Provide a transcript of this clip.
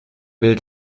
will